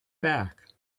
back